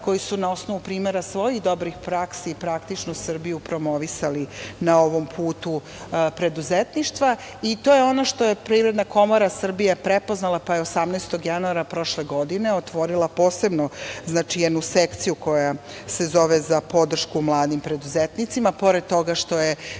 koji su na osnovu primera svojih dobrih praksi praktično Srbiju promovisali na ovom putu preduzetništva. To je ono što je Privredna komora Srbije prepoznala pa je 18. januara prošle godine otvorila posebno jednu sekciju koja se zove - za podršku mladim preduzetnicima, pored toga što je